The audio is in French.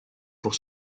pour